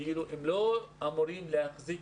הם לא אמורים להחזיק